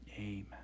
Amen